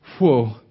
whoa